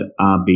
RB